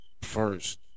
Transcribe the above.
first